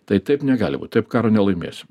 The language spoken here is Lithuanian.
tai taip negali būt taip karo nelaimėsim